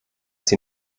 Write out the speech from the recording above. sie